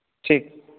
ᱴᱷᱤᱠ